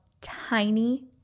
tiny